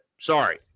Sorry